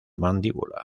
mandíbula